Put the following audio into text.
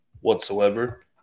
whatsoever